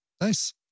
Nice